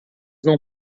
não